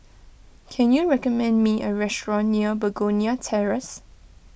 can you recommend me a restaurant near Begonia Terrace